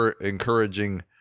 encouraging